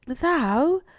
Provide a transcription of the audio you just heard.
Thou